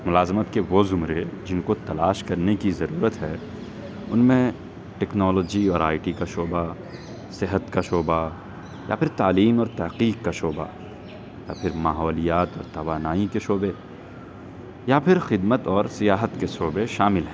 ملازمت کے وہ زمرے جن کو تلاش کرنے کی ضرورت ہے ان میں ٹکنالوجی اور آئی ٹی کا شعبہ صحت کا شعبہ یا پھر تعلیم اور تحقیق کا شعبہ یا پھر ماحولیات اور توانائی کے شعبے یا پھر خدمت اور سیاحت کے شعبے شامل ہیں